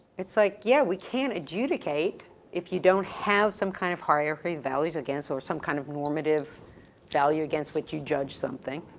it's like yeah, we can't adjudicate if you don't have some kind of hierarchy, values against, or some kind of normative value against which you judge something.